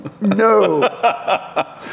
No